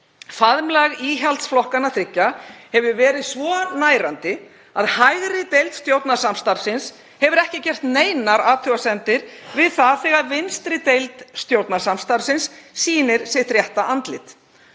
Faðmlag íhaldsflokkanna þriggja hefur verið svo nærandi að hægri deild stjórnarsamstarfsins hefur ekki gert neinar athugasemdir við það þegar vinstri deild stjórnarsamstarfsins sýnir sitt rétta andlit.